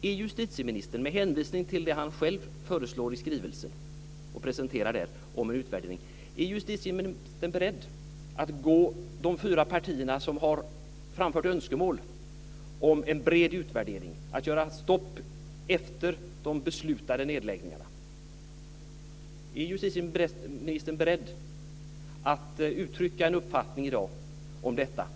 Är justitieministern - med hänvisning till det han själv föreslår och presenterar i skrivelsen om en utvärdering - beredd att gå de fyra partier till mötes som har framfört önskemål om en bred utvärdering och om att sätta stopp efter de nedläggningar som man fattat beslut om? Är justitieministern beredd att uttrycka en uppfattning i dag om detta?